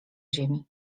ziemi